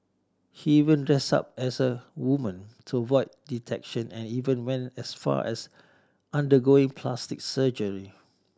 he even dressed up as a woman to avoid detection and even went as far as undergoing plastic surgery